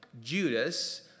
Judas